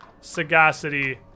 Sagacity